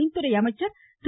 மின்துறை அமைச்சர் திரு